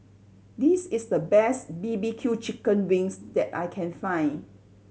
this is the best B B Q chicken wings that I can find